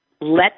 let